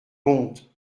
compte